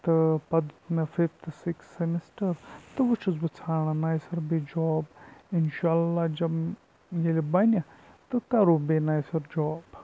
تہٕ پَتہٕ دیُت مےٚ فِفتہٕ سِکِس سٮ۪مِسٹَر تہٕ وۄنۍ چھُس بہٕ ژھانڈان نَوِ سَرٕ بیٚیہِ جاب اِنشاء اللہ جَب ییٚلہِ بَنہِ تہٕ کَرو بیٚیہِ نَوِ سَرٕ جاب